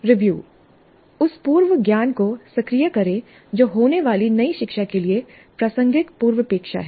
review उस पूर्व ज्ञान को सक्रिय करें जो होने वाली नई शिक्षा के लिए प्रासंगिक पूर्वापेक्षा है